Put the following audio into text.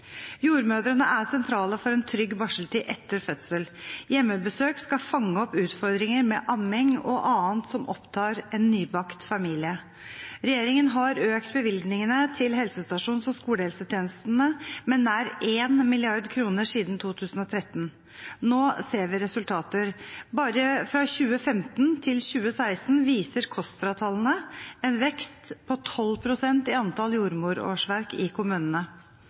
Jordmødrene er sentrale for en trygg barseltid etter fødsel. Hjemmebesøk skal fange opp utfordringer med amming og annet som opptar en nybakt familie. Regjeringen har økt bevilgningene til helsestasjons- og skolehelsetjenestene med nær 1 mrd. kr siden 2013. Nå ser vi resultater. Bare fra 2015 til 2016 viser KOSTRA-tallene en vekst på 12 pst. i antall jordmorårsverk i kommunene.